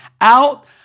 out